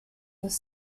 was